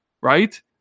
right